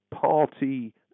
party